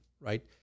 right